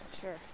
Sure